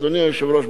אדוני היושב-ראש,